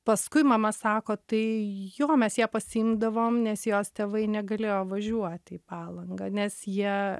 paskui mama sako tai jo mes ją pasiimdavom nes jos tėvai negalėjo važiuoti į palangą nes jie